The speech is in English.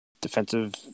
defensive